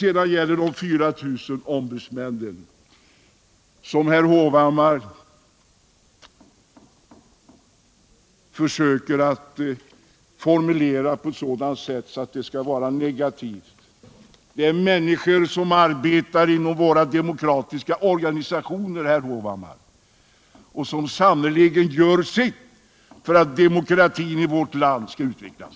Herr Hovhammar försöker formulera detta med de 4 000 ombudsmännen på ett sådant sätt att det skall vara negativt. Det är människor som arbetar inom våra demokratiska organisationer, herr Hovhammar, och som sannerligen gör sitt för att demokratin i vårt land skall utvecklas.